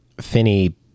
Finny